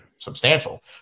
substantial